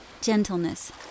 gentleness